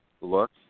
look